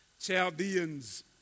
Chaldeans